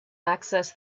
access